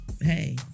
hey